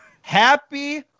Happy